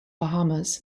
bahamas